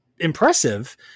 impressive